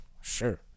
sure